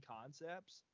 concepts